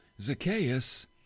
Zacchaeus